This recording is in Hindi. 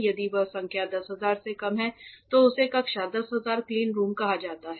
यदि वह संख्या 10000 से कम है तो उसे कक्षा 10000 क्लीन रूम कहा जाता है